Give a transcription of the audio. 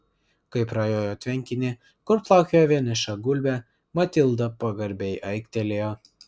kai prajojo tvenkinį kur plaukiojo vieniša gulbė matilda pagarbiai aiktelėjo